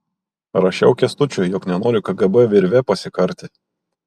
rašiau kęstučiui jog nenoriu kgb virve pasikarti